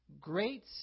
great